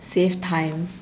save time